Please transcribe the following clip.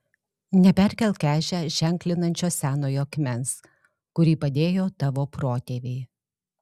neperkelk ežią ženklinančio senojo akmens kurį padėjo tavo protėviai